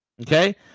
okay